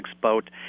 boat